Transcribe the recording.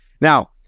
now